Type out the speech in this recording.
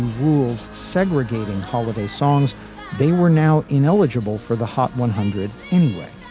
rules segregating holiday songs they were now ineligible for the hot one hundred anyway,